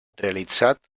realitzat